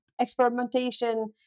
experimentation